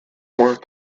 more